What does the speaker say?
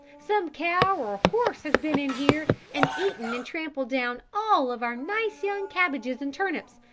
some cow or horse has been in here and eaten and trampled down all of our nice young cabbages and turnips.